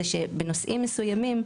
זה שבנושאים מסוימים,